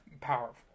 powerful